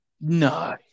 No